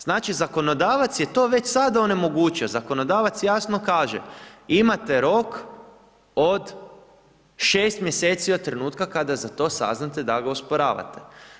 Znači zakonodavac je to već sada onemogućio, zakonodavac jasno kaže, imate rok od 6 mjeseci od trenutka kada za to saznate da ga osporavate.